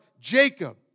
Jacob